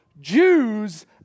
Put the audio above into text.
Jews